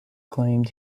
claimed